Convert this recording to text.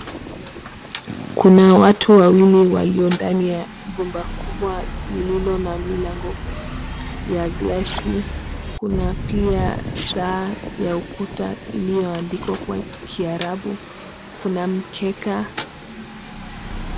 Kuna watu wawili walio ndani ya jumba kubwa lililo na milango ya glasi. Kuna pia saa ya ukuta ilioandikwa kwa kiarabu, kuna mkeka.